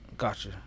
Gotcha